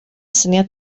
syniad